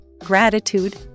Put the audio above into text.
gratitude